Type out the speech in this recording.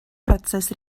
процесс